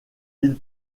ils